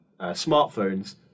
smartphones